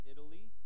Italy